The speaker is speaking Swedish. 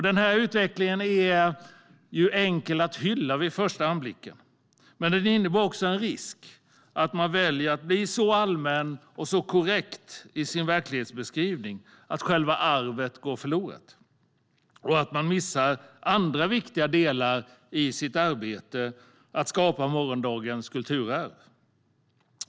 Denna utveckling är vid första anblicken enkel att hylla. Men den innebär också en risk för att man väljer att bli så allmän och så korrekt i sin verklighetsbeskrivning att själva arvet går förlorat och att man missar andra viktiga delar i sitt arbete med att skapa morgondagens kulturarv.